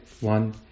one